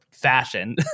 Fashion